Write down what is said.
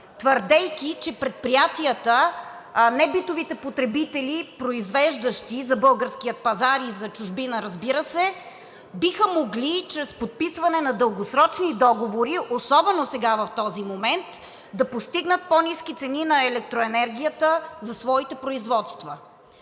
твърдейки, че предприятията, небитовите потребители, произвеждащи за българския пазар и за чужбина, разбира се, биха могли чрез подписване на дългосрочни договори особено сега, в този момент, да постигнат по-ниски цени на електроенергията за своите производства.